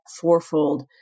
fourfold